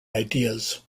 ideas